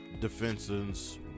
defenses